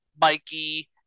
Mikey